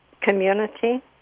community